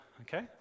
okay